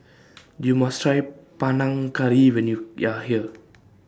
YOU must Try Panang Curry when YOU here